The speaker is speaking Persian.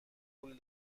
پول